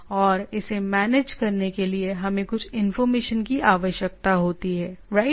और इसे मैनेज करने के लिए हमें कुछ इंफॉर्मेशन की आवश्यकता होती है राइट